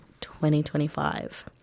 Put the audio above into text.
2025